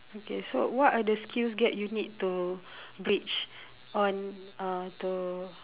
okay so what are the skills gap you need to bridge on uh to